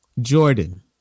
Jordan